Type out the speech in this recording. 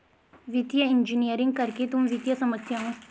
वित्तीय इंजीनियरिंग करके तुम वित्तीय समस्याओं को हल कर सकोगे